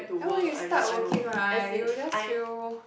then when you start working right you will just feel